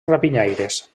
rapinyaires